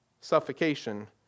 suffocation